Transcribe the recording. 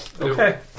Okay